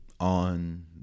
On